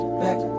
back